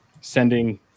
sending